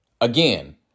Again